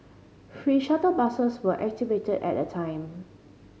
free shuttle buses were activated at a time